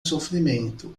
sofrimento